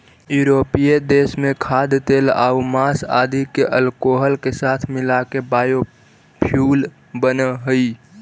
यूरोपीय देश में खाद्यतेलआउ माँस आदि के अल्कोहल के साथ मिलाके बायोफ्यूल बनऽ हई